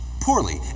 poorly